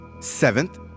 Seventh